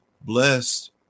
Blessed